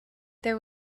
there